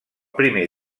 primer